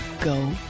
Go